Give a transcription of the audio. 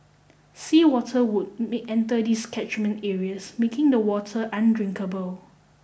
sea water would may enter these catchment areas making the water undrinkable